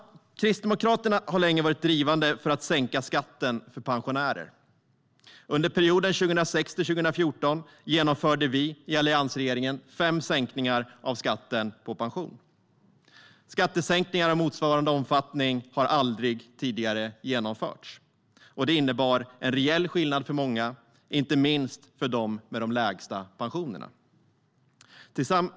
Kristdemokraterna har länge varit drivande för att sänka skatten för pensionärer. Under perioden 2006-2014 genomförde vi i alliansregeringen fem sänkningar av skatten på pension. Skattesänkningar av motsvarande omfattning har aldrig tidigare genomförts. Det innebar en reell skillnad för många, inte minst för dem med de lägsta pensionerna.